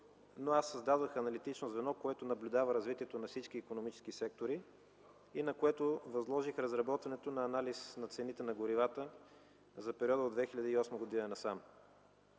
но аз създадох аналитично звено, което наблюдава развитието на всички икономически сектори и на което възложих разработването на анализ на цените на горивата за периода 2008 г. насам.